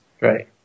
Right